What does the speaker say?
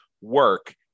work